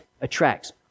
attracts